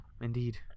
indeed